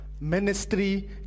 Ministry